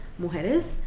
mujeres